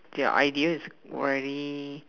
their idea is very